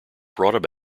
brought